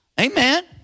Amen